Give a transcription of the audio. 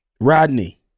Rodney